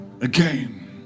again